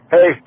Hey